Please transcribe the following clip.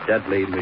Deadly